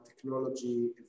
technology